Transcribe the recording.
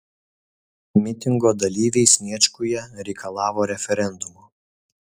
mitingo dalyviai sniečkuje reikalavo referendumo